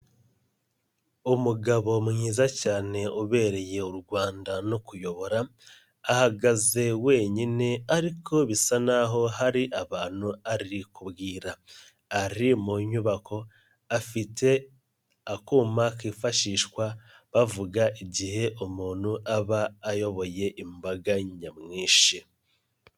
Umugabo mwiza cyane ubereye u Rwanda no kuyobora, ahagaze wenyine ariko bisa n'aho hari abantu ari kubwira, ari mu nyubako afite akuma kifashishwa bavuga igihe umuntu aba ayoboye imbaga nyamwinshi.